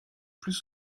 plus